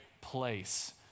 place